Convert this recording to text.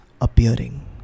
appearing